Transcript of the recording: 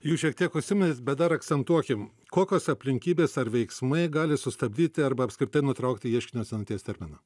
jūs šiek tiek užsiminėt bet dar akcentuokim kokios aplinkybės ar veiksmai gali sustabdyti arba apskritai nutraukti ieškinio senaties terminą